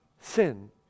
sin